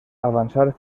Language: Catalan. avançar